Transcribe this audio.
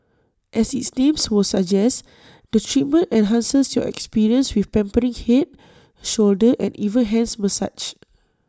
as its names would suggest the treatment enhances your experience with pampering Head shoulder and even hands massage